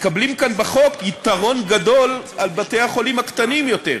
מקבלים כאן בחוק יתרון גדול על בתי-החולים הקטנים יותר,